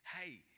hey